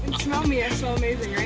smell me. i smell amazing,